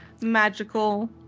magical